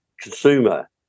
Consumer